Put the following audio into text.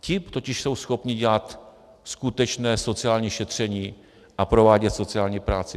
Ti totiž jsou schopni dělat skutečné sociální šetření a provádět sociální práci.